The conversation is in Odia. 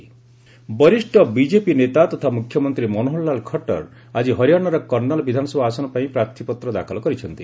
ହରିଆଣା ସିଏମ୍ ବରିଷ୍ଣ ବିଜେପି ନେତା ତଥା ମୁଖ୍ୟମନ୍ତ୍ରୀ ମନୋହରଲାଲ ଖଟ୍ଟର ଆଜି ହରିଆଣାର କର୍ଷାଲ ବିଧାନସଭା ଆସନ ପାଇଁ ପ୍ରାର୍ଥୀପତ୍ର ଦାଖଲ କରିଛନ୍ତି